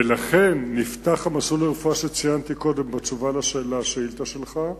ולכן נפתח המסלול שציינתי קודם בתשובה על השאילתא שלך,